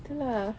itu lah